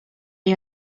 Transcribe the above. you